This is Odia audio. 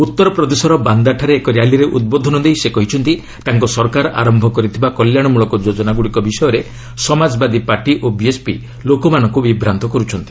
ଉଉରପ୍ରଦେଶର ବାନ୍ଦାଠାରେ ଏକ ର୍ୟାଲିରେ ଉଦ୍ବୋଧନ ଦେଇ ସେ କହିଛନ୍ତି ତାଙ୍କ ସରକାର ଆରମ୍ଭ କରିଥିବା କଲ୍ୟାଣ ମୂଳକ ଯୋଜନାଗୁଡ଼ିକ ବିଷୟରେ ସମାଜବାଦୀ ପାର୍ଟି ଓ ବିଏସ୍ପି ଲୋକମାନଙ୍କୁ ବିଭ୍ରାନ୍ତ କରୁଛନ୍ତି